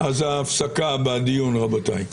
הפסקה בדיון, רבותיי.